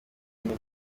kumi